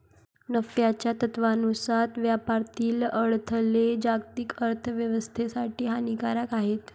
नफ्याच्या तत्त्वानुसार व्यापारातील अडथळे जागतिक अर्थ व्यवस्थेसाठी हानिकारक आहेत